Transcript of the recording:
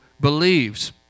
believes